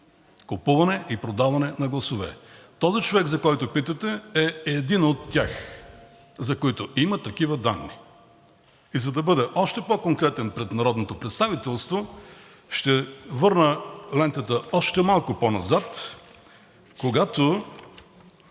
Купуване и продаване на гласове! Този човек, за когото питате, е един от тях, за които има такива данни. За да бъда още по-конкретен пред народното представителство, ще върна лентата още малко по-назад, когато